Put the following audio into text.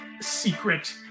secret